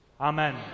Amen